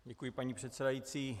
Děkuji, paní předsedající.